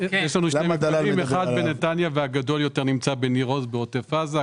שני מפעלים- אחד בנתניה והגדול יותר נמצא בניר עוז בעוטף עזה.